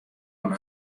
oan